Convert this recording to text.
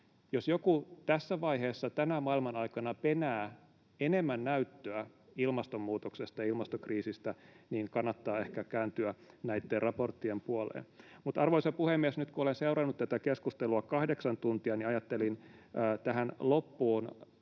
Jos joku tässä vaiheessa tänä maailmanaikana penää enemmän näyttöä ilmastonmuutoksesta ja ilmastokriisistä, niin kannattaa ehkä kääntyä näitten raporttien puoleen. Mutta arvoisa puhemies! Nyt kun olen seurannut tätä keskustelua kahdeksan tuntia, niin ajattelin tähän loppuun